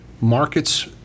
market's